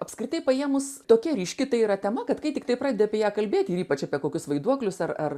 apskritai paėmus tokia ryški tai yra tema kad kai tiktai pradedi apie ją kalbėti ir ypač apie kokius vaiduoklius ar ar